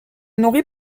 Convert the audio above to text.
nourrit